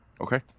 Okay